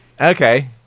Okay